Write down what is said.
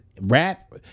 rap